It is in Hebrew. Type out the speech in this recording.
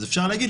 אז אפשר להגיד,